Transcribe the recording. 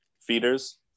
feeders